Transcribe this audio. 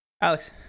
Alex